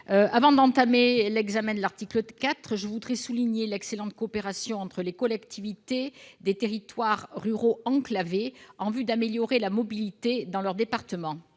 Avant d'entamer l'examen de l'article 4, je voudrais souligner l'excellente coopération entre les collectivités des territoires ruraux enclavés en vue d'améliorer la mobilité. Pour les